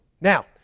Now